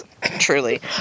Truly